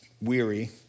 weary